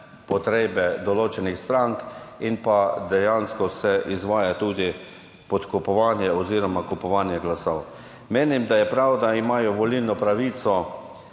potrebe določenih strank, in dejansko se izvaja tudi podkupovanje oziroma kupovanje glasov. Menim, da je prav, da imajo volilno pravico